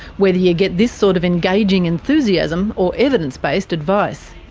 whether you get this sort of engaging enthusiasm or evidence-based advice.